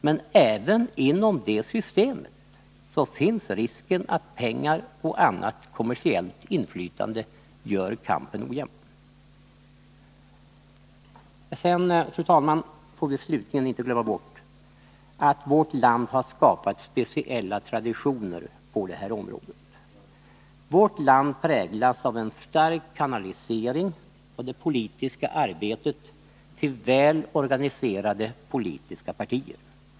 Men även inom det systemet finns risken att pengar och annat kommersiellt inflytande gör kampen ojämn. Vi får slutligen inte, fru talman, glömma bort att vårt land har skapat speciella traditioner på det här området. Vårt land präglas av en stark kanalisering av det politiska arbetet till väl organiserade politiska partier.